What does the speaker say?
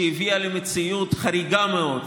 שהביאה למציאות חריגה מאוד,